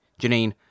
Janine